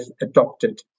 adopted